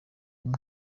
umwe